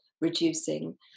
reducing